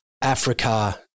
Africa